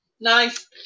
Nice